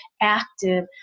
active